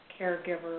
caregiver